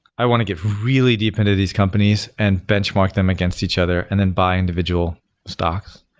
i want to get really deep into these companies and benchmark them against each other and then by individual stocks.